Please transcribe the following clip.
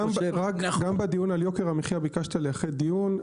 גם בדיון על יוקר המחייה ביקשת לאחד דיון.